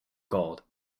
gold